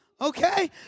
Okay